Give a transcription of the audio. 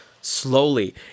slowly